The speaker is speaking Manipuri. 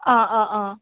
ꯑꯥ ꯑꯥ ꯑꯥ